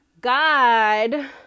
God